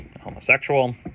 homosexual